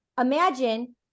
imagine